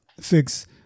fix